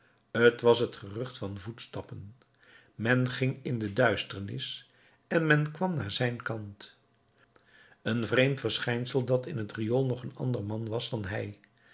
t was t gerucht van voetstappen men ging in de duisternis en men kwam naar zijn kant een vreemd verschijnsel dat in het riool nog een ander man was dan hij